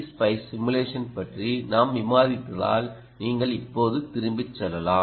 spice simulation பற்றி நாம் விவாதித்ததால் நீங்கள் இப்போது திரும்பிச் செல்லலாம்